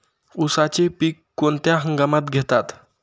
उसाचे पीक कोणत्या हंगामात घेतात?